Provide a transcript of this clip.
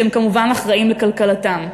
שהם כמובן אחראים לכלכלתם,